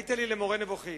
היית לי למורה נבוכים.